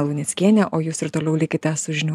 luneckienė o jūs ir toliau likite su žinių